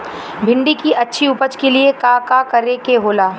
भिंडी की अच्छी उपज के लिए का का करे के होला?